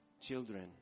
children